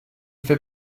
fait